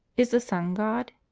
is the son god?